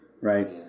Right